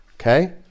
Okay